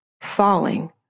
falling